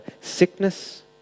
sickness